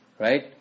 right